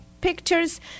pictures